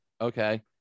Okay